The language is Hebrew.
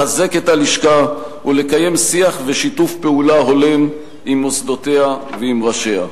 לחזק את הלשכה ולקיים שיח ושיתוף פעולה הולם עם מוסדותיה ועם ראשיה.